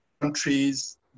countries